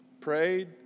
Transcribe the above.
prayed